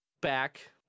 back